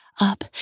up